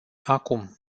acum